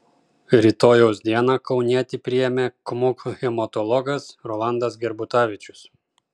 rytojaus dieną kaunietį priėmė kmuk hematologas rolandas gerbutavičius